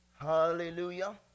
Hallelujah